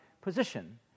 position